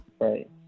Right